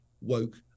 woke